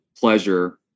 pleasure